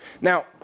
Now